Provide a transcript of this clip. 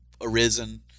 arisen